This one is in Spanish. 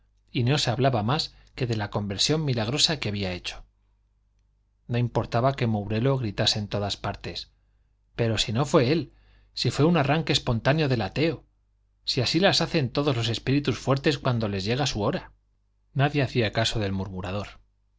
y no se hablaba más que de la conversión milagrosa que había hecho no importaba que mourelo gritase en todas partes pero si no fue él si fue un arranque espontáneo del ateo si así hacen todos los espíritus fuertes cuando les llega su hora nadie hacía caso del murmurador